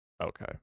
Okay